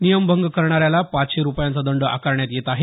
नियमभंग करणाऱ्याला पाचशे रूपयांचा दंड आकारण्यात येत आहे